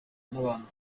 n’abantu